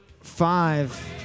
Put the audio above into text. five